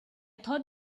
thought